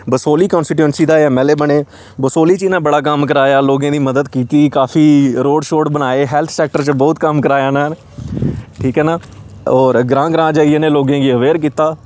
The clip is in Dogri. बसोह्ली कंस्टीचुंसी दा एह् एम एल ए बने बसोह्ली च इ'नें बड़ा कम्म कराया लोकें दी मदद कीती काफी रोड़ शोड़ बनाए हैल्थ सैक्टर च बहुत कम्म कराया इ'नें ठीक ऐ ना होर ग्रांऽ ग्रांऽ जाइयै ने लोकें गी अवेयर कीता